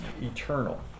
eternal